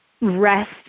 rest